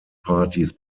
partys